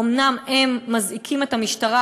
אומנם הם מזעיקים את המשטרה,